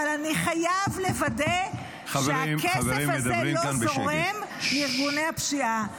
אבל אני חייב לוודא שהכסף הזה לא זורם לארגוני הפשיעה.